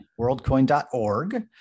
WorldCoin.org